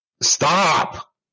Stop